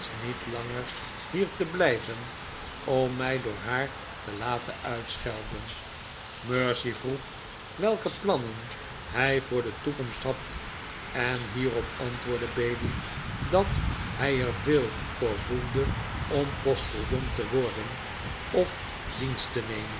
niet langer hier te blijven om mij door haar te laten uitschelden mercy vroeg welke plannen hij voor de toekomst had en hierop ant woordde bailey dat hij er veel voor voelde om postiljon te worden of dienst te nemen